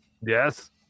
yes